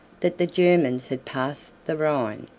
that the germans had passed the rhine,